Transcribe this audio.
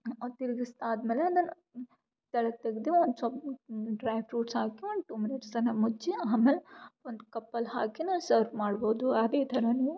ಮತ್ತು ತಿರುಗಿಸ್ ಆದ್ಮೇಲೆ ಅದನ್ನು ಕೆಳಗ್ ತೆಗ್ದು ಒನ್ ಸ್ವಲ್ಪ್ ಡ್ರಾಯ್ ಫ್ರುಟ್ಸ್ ಹಾಕಿ ಒಂದು ಟು ಮಿನಿಟ್ಸನ್ನ ಮುಚ್ಚಿ ಆಮೇಲೆ ಒಂದು ಕಪ್ಪಲ್ಲಿ ಹಾಕಿ ನಾ ಸರ್ವ್ ಮಾಡ್ಬೌದು ಅದೇ ಥರ